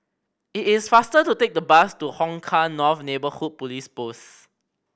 it is faster to take the bus to Hong Kah North Neighbourhood Police Post